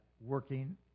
working